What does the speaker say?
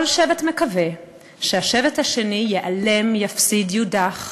כל שבט מקווה שהשבט השני ייעלם, יפסיד, יודח,